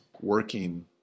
working